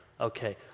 Okay